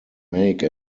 make